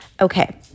Okay